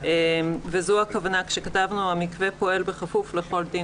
וזו הכוונה כשכתבנו "המקווה פועל בכפוף לכל דין",